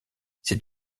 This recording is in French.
c’est